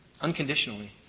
unconditionally